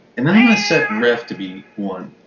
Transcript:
and then i'm going to set ref to be one.